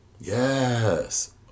Yes